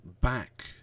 back